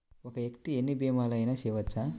ఒక్క వ్యక్తి ఎన్ని భీమలయినా చేయవచ్చా?